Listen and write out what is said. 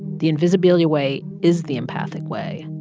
the invisibilia way is the empathic way.